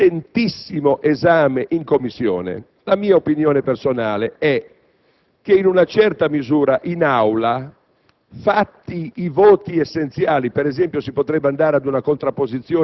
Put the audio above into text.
Dopo un compiuto, attentissimo esame in Commissione, la mia opinione personale è che in Aula, fatte salve le